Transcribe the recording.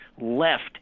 left